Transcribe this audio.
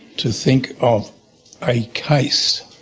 to think of a case